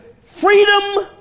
freedom